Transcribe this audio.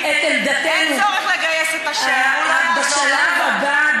בעזרת השם, בשלב הבא,